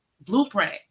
blueprint